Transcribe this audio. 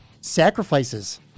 sacrifices